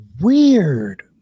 weird